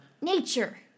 Nature